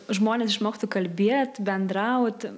žmonės išmoktų kalbėt bendraut